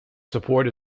support